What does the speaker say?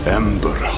ember